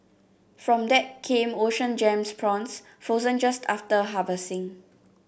from that came Ocean Gems prawns frozen just after harvesting